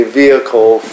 vehicle